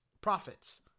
profits